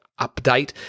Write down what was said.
update